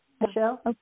Michelle